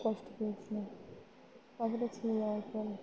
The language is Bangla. কষ্ট পেয়েছিলাম পাখিটা